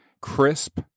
crisp